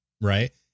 right